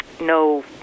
no